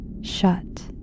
shut